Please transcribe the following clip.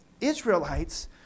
Israelites